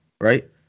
right